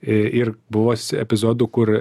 į ir buvos epizodų kur